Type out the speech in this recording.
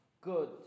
good